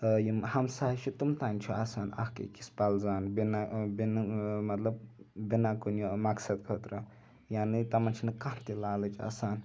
یِم ہَمساے چھِ تِم تانۍ چھُ آسان اَکھ أکِس پَلزان بِنا بِنا مَطلَب بِنا کُنہِ مَقصَد خٲطرٕ یعنی تَتھ مَنٛز چھَنہِ کانٛہہ تہِ لالٕچ آسان